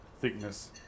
thickness